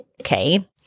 Okay